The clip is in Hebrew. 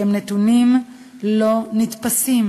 שהם נתונים לא נתפסים,